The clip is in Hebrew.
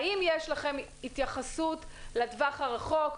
האם יש לכם התייחסות לטווח הרחוק?